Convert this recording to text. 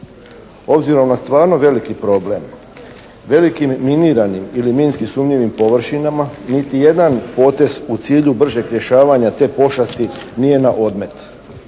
Obzirom na stvarno veliki problem, velikim miniranim ili minski sumnjivim površinama niti jedan potez u cilju bržeg rješavanja te pošasti nije na odmet.